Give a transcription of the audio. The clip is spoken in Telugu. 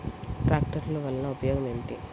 ట్రాక్టర్లు వల్లన ఉపయోగం ఏమిటీ?